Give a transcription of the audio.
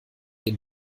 den